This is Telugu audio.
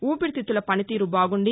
ఊపిరితిత్తుల పనితీరు బాగుండి